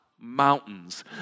mountains